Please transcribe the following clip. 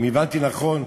אם הבנתי נכון,